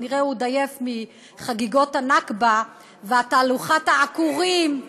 כנראה הוא עוד עייף מחגיגות הנכבה ותהלוכת העקורים,